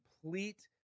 complete